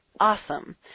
Awesome